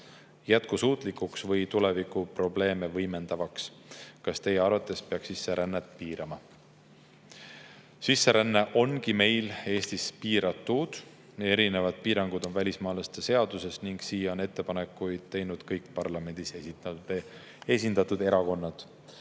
jätkusuutlikuks või tuleviku probleeme võimendavaks? Kas Teie arvates peaks sisserännet piirama?" Sisseränne ongi meil Eestis piiratud. Piirangud on [kirjas] välismaalaste seaduses ning sellesse on ettepanekuid teinud kõik parlamendis esindatud erakonnad.